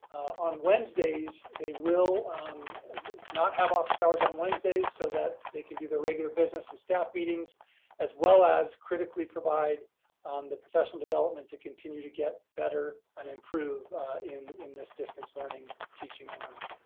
on wednesdays, they will not have office hours on wednesdays so that they can do the regular business and staff meetings as well as critically provide the professional development to continue to get better and improve in in this distance learning teaching and learning.